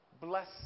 bless